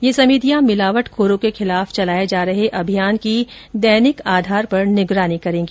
ये समितियां मिलावट खोरों के खिलाफ चलाये जा रहे अभियान की दैनिक आधार पर मॉनिटरिंग करेगी